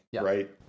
right